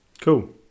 Cool